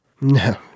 No